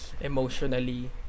emotionally